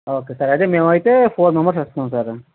okay sir అదే మేమైతే four members వస్తున్నాం సారు